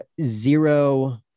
zero